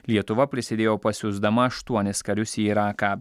lietuva prisidėjo pasiųsdama aštuonis karius į iraką